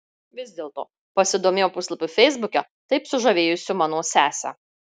vis dėlto pasidomėjau puslapiu feisbuke taip sužavėjusiu mano sesę